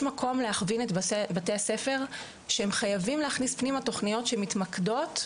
יש מקום להכווין את בתי הספר שהם חייבים להכניס פנימה תוכניות שמתמקדות.